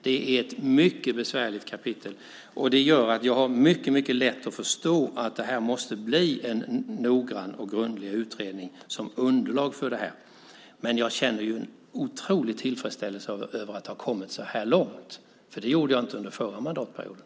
Det är ett mycket besvärligt kapitel, och det gör att jag har mycket lätt att förstå att det måste bli en noggrann och grundlig utredning som underlag för det här. Men jag känner en otrolig tillfredsställelse över att ha kommit så här långt, för det gjorde jag inte under förra mandatperioden.